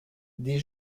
des